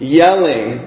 yelling